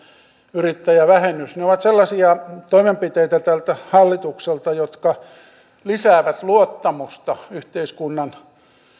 yrittäjävähennys ovat sellaisia toimenpiteitä tältä hallitukselta jotka lisäävät luottamusta yhteiskunnan